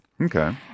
Okay